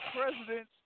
president